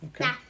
Okay